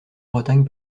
bretagne